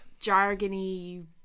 jargony